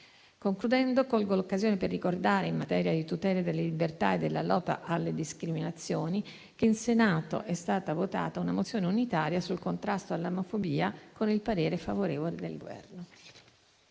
Concludendo, colgo l'occasione per ricordare, in materia di tutela delle libertà e della lotta alle discriminazioni, che il Senato ha votato una mozione unitaria sul contrasto all'omofobia, con il parere favorevole del Governo.